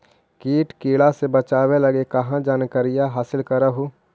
किट किड़ा से बचाब लगी कहा जानकारीया हासिल कर हू?